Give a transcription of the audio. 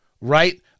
right